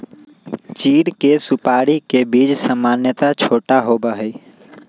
चीड़ के सुपाड़ी के बीज सामन्यतः छोटा होबा हई